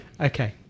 Okay